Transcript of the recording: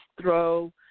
throw